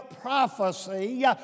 prophecy